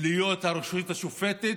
הרשות השופטת